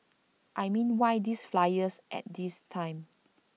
I mean why these flyers at this time